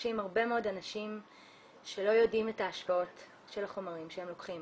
הרבה מאוד אנשים שלא יודעים את ההשפעות של החומרים שהם לוקחים,